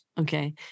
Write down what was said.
Okay